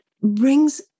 brings